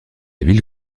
ville